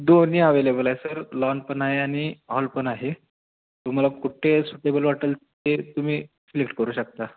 दोन्ही आवेलेबल आहे sir lawn पण आहे आणि हॉल पण आहे तुम्हाला कुठे सुटेबल वाटेल ते तुम्ही सिलेक्ट करू शकता